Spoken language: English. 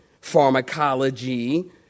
pharmacology